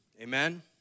Amen